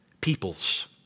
Peoples